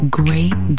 great